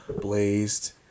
Blazed